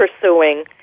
pursuing